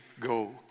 go